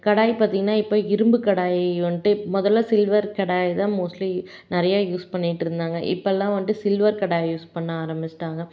கடாய் பார்த்தீங்கன்னா இப்போ இரும்புக் கடாய் வந்துட்டு முதல்ல சில்வர் கடாய் தான் மோஸ்ட்லி நிறைய யூஸ் பண்ணிட்டு இருந்தாங்கள் இப்போல்லாம் வந்துட்டு சில்வர் கடாய் யூஸ் பண்ண ஆரமிச்சிட்டாங்கள்